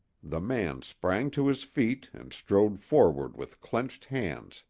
the man sprang to his feet and strode forward with clenched hands,